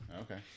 Okay